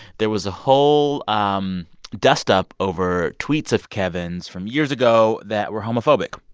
there was a whole um dust-up over tweets of kevin's from years ago that were homophobic.